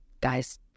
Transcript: guys